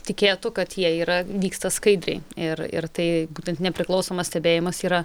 tikėtų kad jie yra vyksta skaidriai ir ir tai būtent nepriklausomas stebėjimas yra